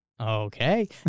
Okay